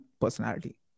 personality